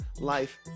life